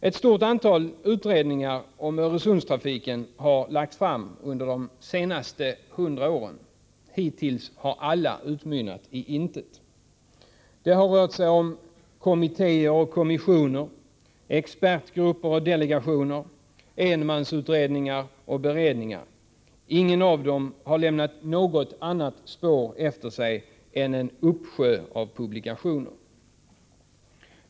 Ett stort antal utredningar om Öresundstrafiken har lagts fram under de senaste hundra åren. Hittills har alla utmynnat i intet. Det har rört sig om kommittéer och kommissioner, expertgrupper och delegationer, enmansutredningar och beredningar. Ingen av dem har lämnat något annat spår efter sig än en uppsjö av publikationer.